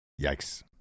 Yikes